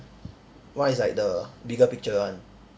one is like the bigger picture one